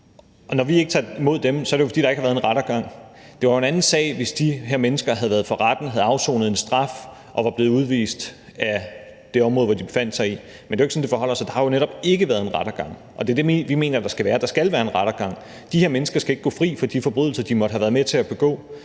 Når vi ikke tager imod dem, er det jo, fordi der ikke har været en rettergang. Det var jo en anden sag, hvis de her mennesker havde været for retten, havde afsonet en straf og var blevet udvist af det område, hvor de befandt sig. Men det er jo ikke sådan, det forholder sig. Der har jo netop ikke været en rettergang, og det er det, vi mener der skal være. Der skal være en rettergang. De her mennesker skal ikke gå fri for de forbrydelser, de måtte have været med til at begå